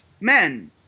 men